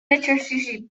exercici